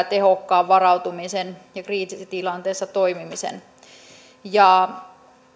tehokkaan varautumisen ja kriisitilanteessa toimimisen ja